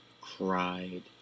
cried